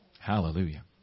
Hallelujah